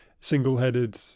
single-headed